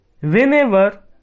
Whenever